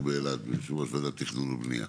באילת ויושב ראש ועדת תכנון ובניה,